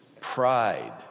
pride